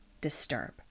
disturb